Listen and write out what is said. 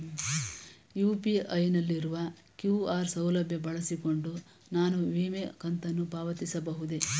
UPI ನಲ್ಲಿರುವ QR ಸೌಲಭ್ಯ ಬಳಸಿಕೊಂಡು ನಾನು ವಿಮೆ ಕಂತನ್ನು ಪಾವತಿಸಬಹುದೇ?